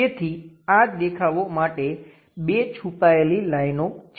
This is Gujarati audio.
તેથી આ દેખાવો માટે બે છુપાયેલી લાઈનો છે